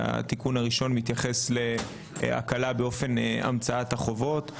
התיקון הראשון מתייחס להקלה באופן המצאת החובות.